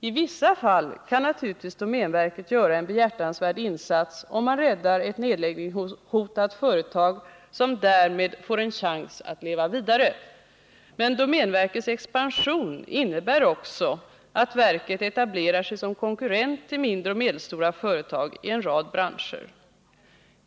I vissa fall kan naturligtvis domänverket göra en behjärtansvärd insats om det räddar ett nedläggningshotat företag, som därmed får en chans att leva vidare, men domänverkets expansion innebär också att domänverket etablerar sig som konkurrent till mindre och medelstora företag i en rad branscher.